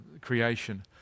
creation